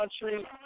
country